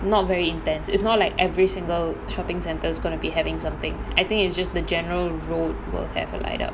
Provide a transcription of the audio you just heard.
not very intense is not like every single shopping centre is going to be having something I think it's just the general road will have a light up